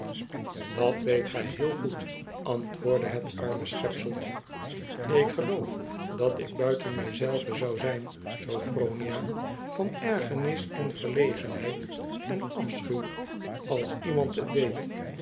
dat weet gij heel goed antwoordde het arme schepseltje ik geloof dat ik buiten mij zelve zou zijn sophronia van ergernis en verlegenheid en afechuw als iemand het deed